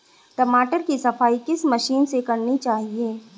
टमाटर की सफाई किस मशीन से करनी चाहिए?